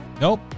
Nope